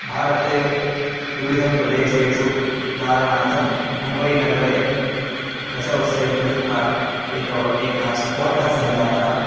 भारते विविधप्रदेशेषु उदाहरणार्थं मुम्बैनगरे दशवर्षेभ्यः प्राक् एकवा एकः स्फोटः सञ्जातः